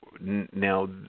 now